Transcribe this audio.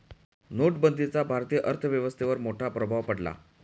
नोटबंदीचा भारतीय अर्थव्यवस्थेवर मोठा प्रभाव पडला